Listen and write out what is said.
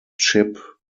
chip